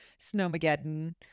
snowmageddon